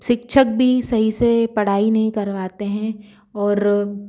शिक्षक भी सई से पढ़ाई नई करवाते हैं और